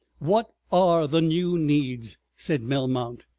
what are the new needs? said melmount.